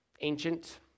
ancient